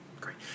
great